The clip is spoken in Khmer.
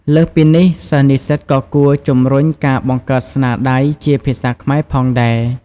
លើសពីនេះ សិស្សនិស្សិតក៏គួរ ជំរុញការបង្កើតស្នាដៃជាភាសាខ្មែរ ផងដែរ។